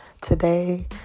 Today